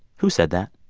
who said that?